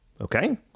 okay